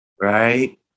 right